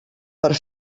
per